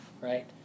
right